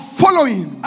following